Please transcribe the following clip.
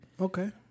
Okay